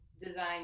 design